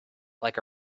like